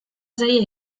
zaila